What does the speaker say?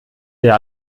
der